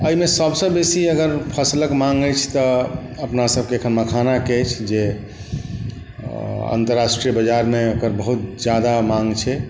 एहिमे सभसँ बेसी अगर फसलके माङ्ग अछि तऽ अपना सभके एखन मखानाके अछि जे अन्तर्राष्ट्रीय बाजारमे ओकर बहुत जादा माङ्ग छै